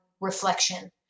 reflection